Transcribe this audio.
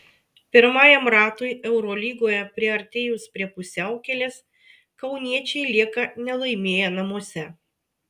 pirmajam ratui eurolygoje priartėjus prie pusiaukelės kauniečiai lieka nelaimėję namuose